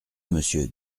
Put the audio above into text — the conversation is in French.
monsieur